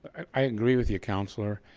i agree with you counselor.